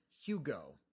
Hugo